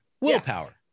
willpower